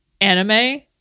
anime